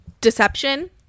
deception